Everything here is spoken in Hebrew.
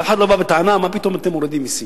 ואף אחד לא בא בטענה מה פתאום אתם מורידים מסים.